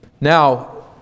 Now